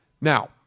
Now